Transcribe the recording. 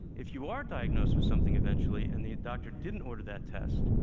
if you are diagnosed with something eventually, and the doctor didn't order that test,